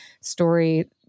story